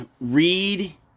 read